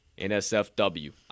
NSFW